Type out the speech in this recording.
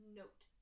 note